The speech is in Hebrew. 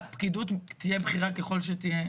פקידות, תהיה בכירה ככל שתהיה.